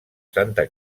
santa